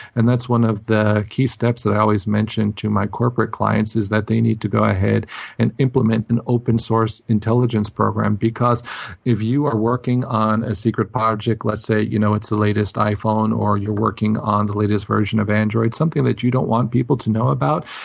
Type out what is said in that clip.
and that's one of the key steps that i always mention to my corporate clients, is that they need to go ahead and implement an open source intelligence program because if you are working on a secret project. let's say you know it's the latest iphone, or you're working on the latest version of android, something that you don't want people to know about.